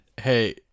hey